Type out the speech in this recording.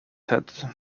head